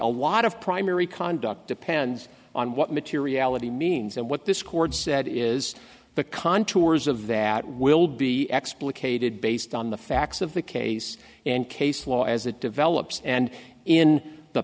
a lot of primary conduct depends on what materiality means and what this court said is the contours of that will be explicated based on the facts of the case and case law as it develops and in the